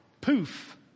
poof